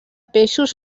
peixos